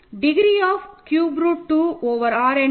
degree of cube root 2 over R என்ன